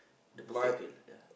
the perfect girl ya